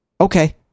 Okay